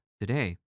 today